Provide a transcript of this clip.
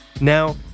Now